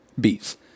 Bees